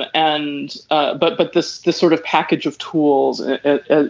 but and ah but but this this sort of package of tools